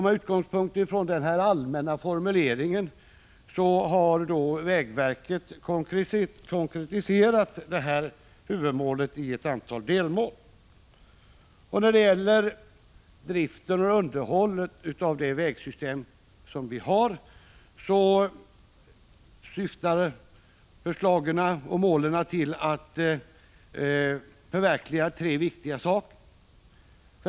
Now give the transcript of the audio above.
Med utgångspunkti den allmänna formuleringen har vägverket konkretiserat huvudmålet i ett antal delmål. I fråga om driften och underhållet av det vägsystem som vi har är syftet att uppnå tre viktiga saker.